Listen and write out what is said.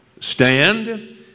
stand